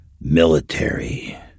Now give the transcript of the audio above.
military